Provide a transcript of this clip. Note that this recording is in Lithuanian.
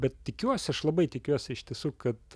bet tikiuosi aš labai tikiuosi iš tiesų kad